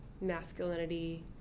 masculinity